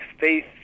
faith